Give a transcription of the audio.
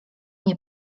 nie